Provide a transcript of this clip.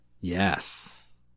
Yes